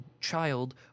child